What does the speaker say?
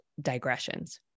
digressions